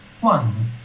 One